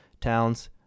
Towns